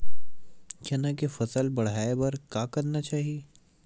चना के फसल बढ़ाय बर का करना चाही?